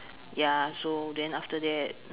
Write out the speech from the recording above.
ya so then after that